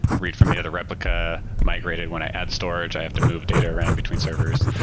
read from the other replica. migrate it. when i add storage, i have to move data around between servers.